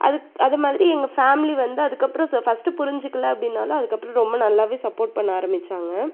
அது அதுமாதிரி எங்கள் ஃபேமிலி வந்து அதற்கப்பறம் ச ஃபர்ஸ்ட்டு புரிஞ்சிக்கல அப்படின்னாலும் அதற்கப்பறம் ரொம்ப நல்லாவே சப்போட் பண்ண ஆரம்பிச்சாங்க